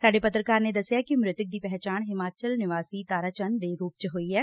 ਸਾਡੇ ਪੱਤਰਕਾਰ ਨੇ ਦਸਿਆ ਕਿ ਮੁਤਕ ਦੀ ਪਹਿਚਾਣ ਹਿਮਾਚਲ ਨਿਵਾਸੀ ਤਾਰਾਚੰਦ ਦੇ ਰੂਪ ਚ ਹੋਈ ਐ